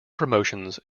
promotions